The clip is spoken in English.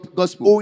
gospel